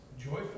joyful